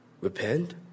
Repent